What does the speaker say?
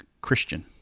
Christian